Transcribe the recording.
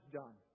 done